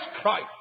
Christ